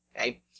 Okay